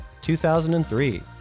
2003